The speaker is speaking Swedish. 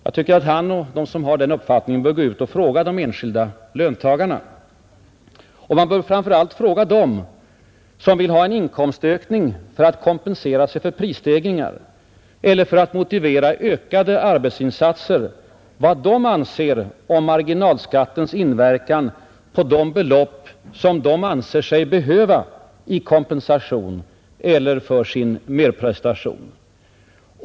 Jag tycker att han och de som har den uppfattningen bör gå ut och fråga de enskilda löntagarna. Man bör framför allt fråga dem som vill ha en inkomstökning för att kompensera sig för prisstegringar eller för att motivera ökade arbetsinsatser vad de tycker om marginalskattens inverkan på de belopp de anser sig behöva i kompensation eller för sin merprestation.